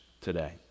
today